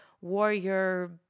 warrior